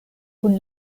kun